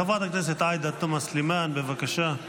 חברת הכנסת עאידה תומא סלימאן, בבקשה.